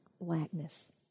blackness